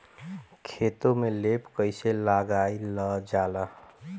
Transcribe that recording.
खेतो में लेप कईसे लगाई ल जाला?